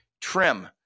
trim